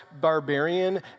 barbarian